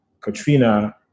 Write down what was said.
Katrina